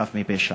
חף מפשע.